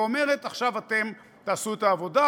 ואומרת: עכשיו אתם תעשו את העבודה,